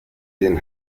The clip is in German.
den